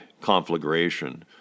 conflagration